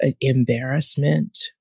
embarrassment